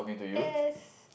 yes